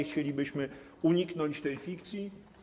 Chcielibyśmy uniknąć tej fikcji.